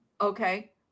okay